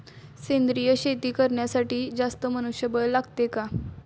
सेंद्रिय शेती करण्यासाठी जास्त मनुष्यबळ लागते का?